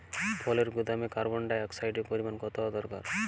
ফলের গুদামে কার্বন ডাই অক্সাইডের পরিমাণ কত হওয়া দরকার?